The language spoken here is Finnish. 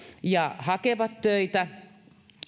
ja hakevat töitä